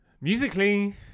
Musically